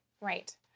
Right